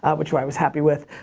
ah which i was happy with.